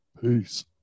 Peace